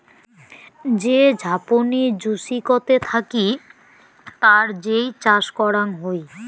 যে ঝাপনি জুচিকতে থাকি তার যেই চাষ করাং হই